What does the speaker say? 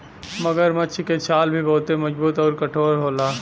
मगरमच्छ के छाल भी बहुते मजबूत आउर कठोर होला